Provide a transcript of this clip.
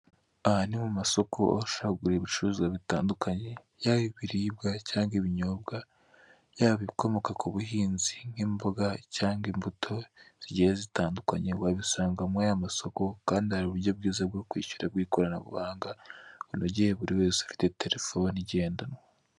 Aha ni mu masoko, aho ushobora kugurira ibicuruzwa bitandukanye, yaba ibiribwa cyangwa ibinyobwa, yaba ibikomoka ku buhinzi, nk'imboga cyangwa imbuto wabisanga muri aya masoko, kandi wakwishyura wifashishije uburyo bw'ikoranabuhanga.